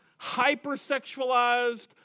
hypersexualized